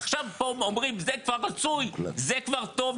עכשיו פה אומרים זה כבר מצוי, זה כבר טוב.